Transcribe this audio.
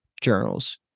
journals